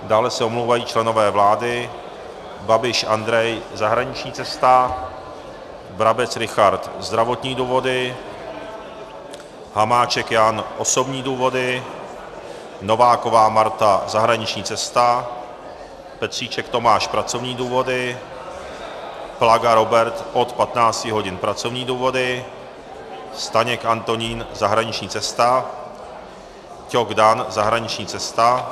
Dále se omlouvají členové vlády: Babiš Andrej zahraniční cesta, Brabec Richard zdravotní důvody, Hamáček Jan osobní důvody, Nováková Marta zahraniční cesta, Petříček Tomáš pracovní důvody, Plaga Robert od 15 hodin pracovní důvody, Staněk Antonín zahraniční cesta, Ťok Dan zahraniční cesta.